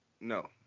No